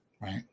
right